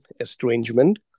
estrangement